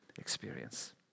experience